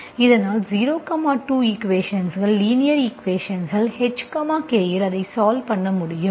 இதனால் இது 0 2 ஈக்குவேஷன்ஸ்கள் லீனியர் ஈக்குவேஷன்ஸ்கள் h k இல் அதை சால்வ் பண்ண முடியும்